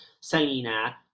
Selena